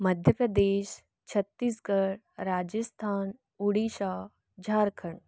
Madhya Pradesh Chhattisgarh Rajasthan Orissa Jharkhand